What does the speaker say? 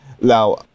Now